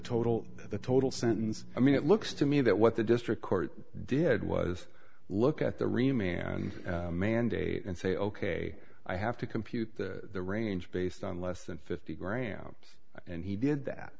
total the total sentence i mean it looks to me that what the district court did was look at the remaining mandate and say ok i have to compute the range based on less than fifty grams and he did that